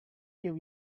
new